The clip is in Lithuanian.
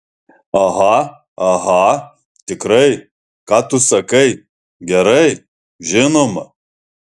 aha aha tikrai ką tu sakai gerai žinoma